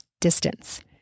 distance